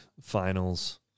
finals